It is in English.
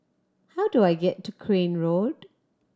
how do I get to Crane Road